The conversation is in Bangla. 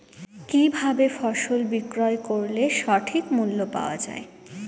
কি ভাবে ফসল বিক্রয় করলে সঠিক মূল্য পাওয়া য়ায়?